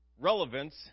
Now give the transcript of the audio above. relevance